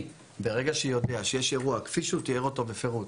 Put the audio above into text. ברגע שאני יודע שיש אירוע כפי שהוא תיאר אותו בפירוט,